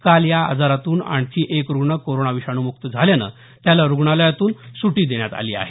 काल या आजारातून आणखी एक रुग्ण कोरोना विषाणूमुक्त झाल्याने त्याला रुग्णालयातून सुटी देण्यात आली आहे